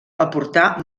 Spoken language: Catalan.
aportà